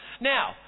Now